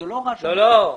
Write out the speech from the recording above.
לא.